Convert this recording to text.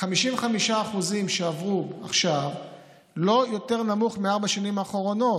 55% שעברו עכשיו זה לא יותר נמוך מארבע השנים האחרונות.